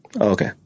okay